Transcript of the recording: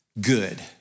good